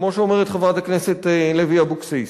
כמו שאומרת חברת הכנסת לוי אבקסיס.